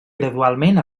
gradualment